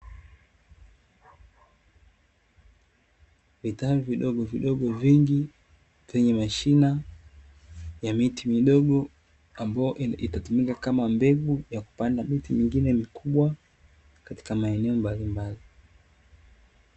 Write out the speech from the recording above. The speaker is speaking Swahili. Vitalu vidogovidogo vingi vyenye mashina ya miti midogo, ambayo itatumika kama mbegu ya kupanda miti mingine mikubwa katika maeneo mbalimbali.